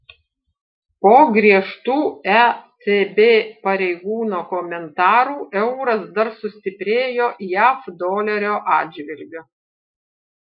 po griežtų ecb pareigūno komentarų euras dar sustiprėjo jav dolerio atžvilgiu